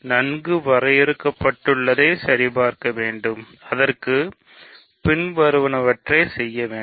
நன்கு வரையறுக்கப்பட்டதை சரிபார்க்க வேண்டும் அதற்க்கு பின்வருவனவற்றை செய்ய வேண்டும்